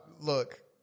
look